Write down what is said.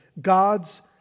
God's